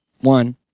one